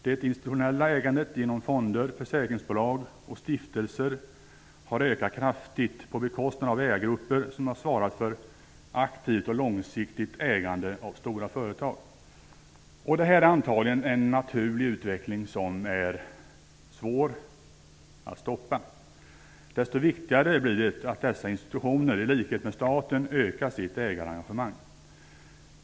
Det institutionella ägandet genom fonder, försäkringsbolag och stiftelser har ökat kraftigt på bekostnad av ägargrupper som har svarat för aktivt och långsiktigt ägande av stora företag. Detta är antagligen en naturlig utveckling, som är svår att stoppa. Desto viktigare blir det att dessa institutioner, i likhet med staten, ökar sitt ägarengagemang.